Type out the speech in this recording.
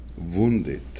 wounded